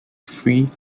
free